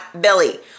Billy